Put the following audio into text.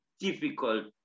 difficult